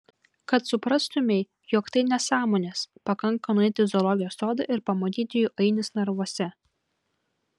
kad suprastumei jog tai nesąmonės pakanka nueiti į zoologijos sodą ir pamatyti jų ainius narvuose